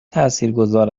تاثیرگذار